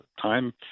time